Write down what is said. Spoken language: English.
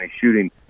shooting